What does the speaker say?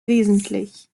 wesentlich